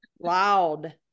loud